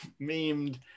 memed